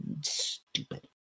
Stupid